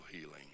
healing